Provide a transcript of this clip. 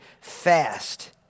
fast